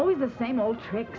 always the same old tricks